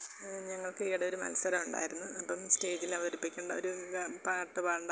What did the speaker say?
ഞങ്ങൾക്ക് ഈയിടെ ഒരു മത്സരം ഉണ്ടായിരുന്നു അപ്പം സ്റ്റേജിൽ അവതരിപ്പിക്കേണ്ട ഒരു പാട്ട് പാടേണ്ട